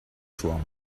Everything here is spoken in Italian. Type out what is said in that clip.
suo